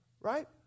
right